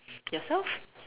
yourself